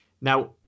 Now